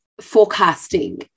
forecasting